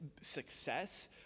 success